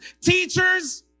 teachers